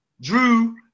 drew